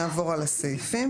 נעבור על הסעיפים.